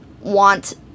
want